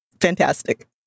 fantastic